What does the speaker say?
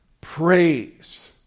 praise